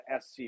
SC